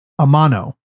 Amano